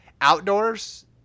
Outdoors